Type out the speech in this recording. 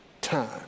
time